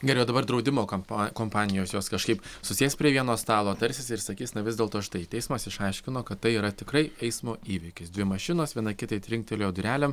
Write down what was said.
gerai o dabar draudimo kampa kompanijos jos kažkaip susės prie vieno stalo tarsis ir sakys na vis dėlto štai teismas išaiškino kad tai yra tikrai eismo įvykis dvi mašinos viena kitai trinktelėjo durelėm